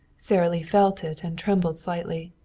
sara lee felt it and trembled slightly.